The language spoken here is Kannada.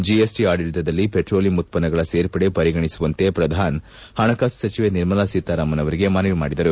ಜಿಎಸ್ಟಿ ಆಡಳಿತದಲ್ಲಿ ಪೆಟ್ರೋಲಿಯಂ ಉತ್ಪನ್ನಗಳ ಸೇರ್ಪಡೆ ಪರಿಗಣಿಸುವಂತೆ ಪ್ರಧಾನ್ ಪಣಕಾಸು ಸಚಿವೆ ನಿರ್ಮಲಾ ಸೀತಾರಾಮನ್ ಅವರಿಗೆ ಮನವಿ ಮಾಡಿದರು